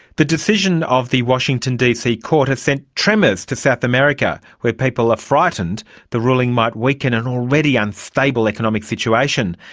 the decision of the washington dc court has sent tremors to south america, where people are ah frightened the ruling might weaken an already unstable economic situation,